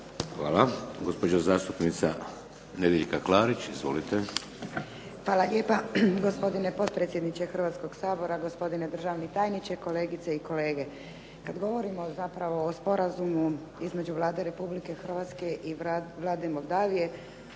Hvala. Gospođa zastupnica Nedjeljka Klarić. Izvolite. **Klarić, Nedjeljka (HDZ)** Hvala lijepa. Gospodine potpredsjedniče Hrvatskog sabora, gospodine državni tajniče, kolegice i kolege. Kada govorimo zapravo o Sporazumu između Vlada Republike Hrvatske i Vlade Moldove,